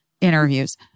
interviews